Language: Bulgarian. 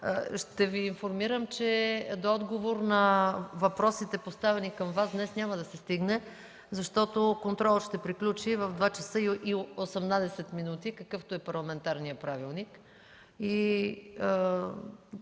ще Ви информирам, че до отговор на въпросите, поставени към Вас, днес няма да се стигне, защото контролът ще приключи в 14,18 ч., какъвто е парламентарният правилник.